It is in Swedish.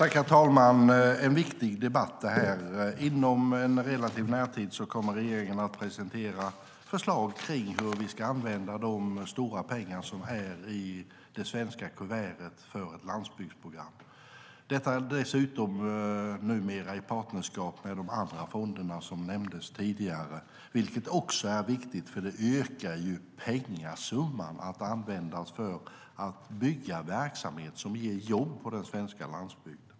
Herr talman! Det här är en viktig debatt. Inom en relativt nära framtid kommer regeringen att presentera förslag om hur vi ska använda de stora pengar som finns i det svenska kuvertet för landsbygdsprogrammet, detta dessutom numera i partnerskap med de andra fonderna som nämndes tidigare, vilket också är viktigt. Det ökar ju pengasumman att användas för att bygga verksamhet som ger jobb på den svenska landsbygden.